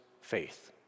faith